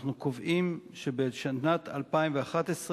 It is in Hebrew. אנחנו עוברים לנושא האחרון